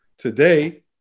Today